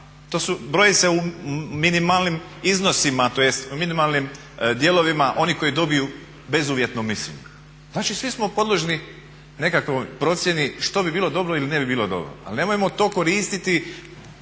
to su, broji se u minimalnim iznosima tj. u minimalnim dijelovima oni koji dobiju bezuvjetno mišljenje. Znači, svi smo podložni nekakvoj procjeni što bi bilo dobro ili ne bi bilo dobro, ali nemojmo to koristiti